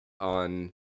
on